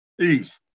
East